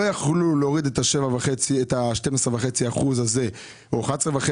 לא יכלו להוריד את ה-12.5 אחוזים האלה או 11.5